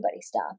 stop